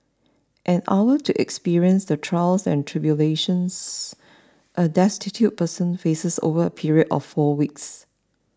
an hour to experience the trials and tribulations a destitute person faces over a period of four weeks